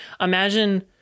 Imagine